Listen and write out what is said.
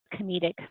comedic